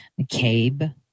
McCabe